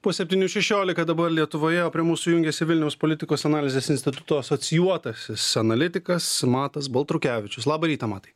po septynių šešiolika dabar lietuvoje o prie mūsų jungiasi vilniaus politikos analizės instituto asocijuotasis analitikas matas baltrukevičius labą rytą matai